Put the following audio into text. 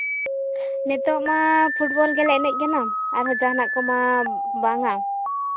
ᱱᱤᱛᱚᱜ ᱢᱟ ᱯᱷᱩᱴᱵᱚᱞ ᱜᱮᱞᱮ ᱮᱱᱮᱡ ᱠᱟᱱᱟ ᱟᱨᱦᱚᱸ ᱡᱟᱦᱟᱱᱟᱜ ᱠᱚᱢᱟ ᱵᱟᱝᱼᱟ